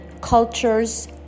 cultures